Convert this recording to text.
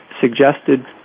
suggested